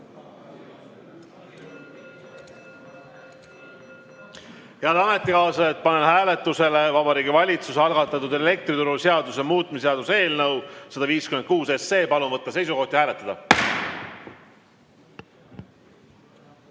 Head ametikaaslased, panen hääletusele Vabariigi Valitsuse algatatud elektrituruseaduse muutmise seaduse eelnõu 156. Palun võtta seisukoht ja hääletada!